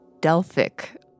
Delphic